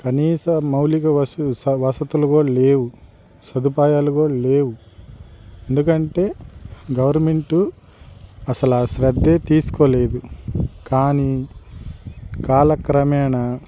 కనీస మౌలిక వసు స వసతులు కూడా లేవు సదుపాయాలు కూడా లేవు ఎందుకంటే గవర్నమెంటు అసల శ్రద్ధే తీసుకోలేదు కానీ కాలక్రమేణ